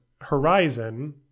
horizon